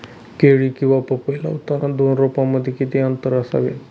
केळी किंवा पपई लावताना दोन रोपांमध्ये किती अंतर असावे?